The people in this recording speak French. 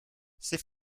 c’est